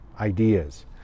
ideas